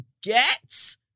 get